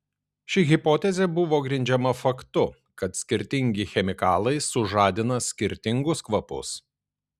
ši hipotezė buvo grindžiama faktu kad skirtingi chemikalai sužadina skirtingus kvapus